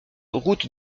route